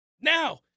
Now